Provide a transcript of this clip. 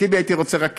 טיבי, הייתי רוצה רק